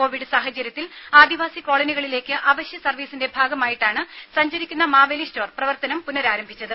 Covid സാഹചര്യത്തിൽ ആദിവാസി കോളനികളിലേക്ക് അവശ്യ സർവ്വീസിന്റെ ഭാഗമായിട്ടാണ് സഞ്ചരിക്കുന്ന മാവേലി സ്റ്റോർ പ്രവർത്തനം പുനരാരംഭിച്ചത്